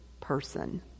person